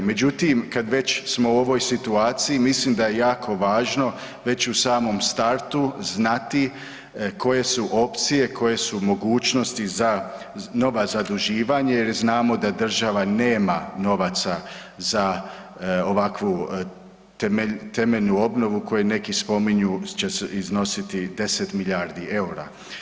Međutim, kada smo već u ovoj situaciji mislim da je jako važno već u samom startu znati koje su opcije, koje su mogućnosti za nova zaduživanje jer znamo da država nema novaca za ovakvu temeljnu obnovu koji neki spominju će iznositi 10 milijardi eura.